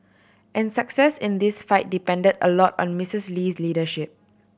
and success in this fight depended a lot on Misses Lee's leadership